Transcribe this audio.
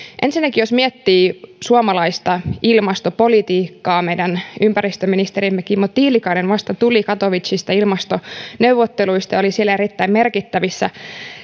ensinnäkin jos miettii suomalaista ilmastopolitiikkaa meidän ympäristöministerimme kimmo tiilikainen vasta tuli katowicestä ilmastoneuvotteluista ja oli siellä erittäin merkittävissä